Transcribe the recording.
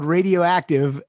Radioactive